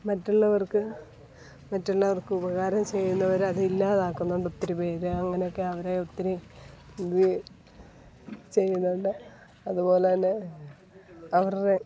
മറ്റുള്ളവർക്ക് മറ്റുള്ളവർക്ക് ഉപകാരം ചെയ്യുന്നവർ അതില്ലാതാക്കുന്നുണ്ട് ഒത്തിരി പേര് അങ്ങനെയൊക്കെ അവരെ ഒത്തിരി ഇത് ചെയ്യുന്നുണ്ട് അതുപോലെ തന്നെ അവരുടെ